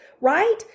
Right